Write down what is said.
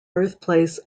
birthplace